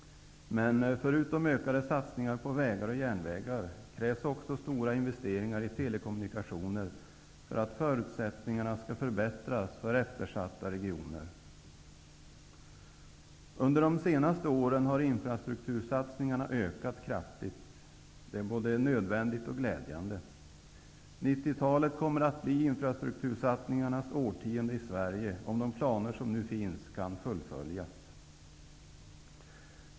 Men förutom ökade satsningar på vägar och järnvägar krävs också stora investeringar i telekommunikationer, för att förutsättningarna skall förbättras för eftersatta regioner. Under de senaste åren har infrastruktursatsningarna ökat kraftigt. Det är både nödvändigt och glädjande. 90-talet kommer att bli infrastruktursatsningarnas årtionde i Sverige, om de planer som nu finns kan fullföljas.